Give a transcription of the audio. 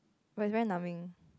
but very numbing